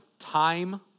Time